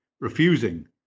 refusing